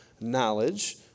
knowledge